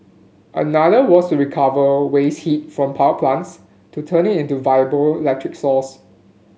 another was to recover waste heat from power plants to turn it into a viable electric source